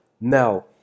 Now